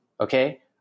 Okay